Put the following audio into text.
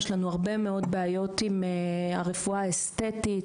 יש לנו הרבה מאוד בעיות עם הרפואה האסתטית,